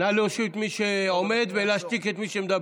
נא להושיב את מי שעומד ולהשתיק את מי שמדבר.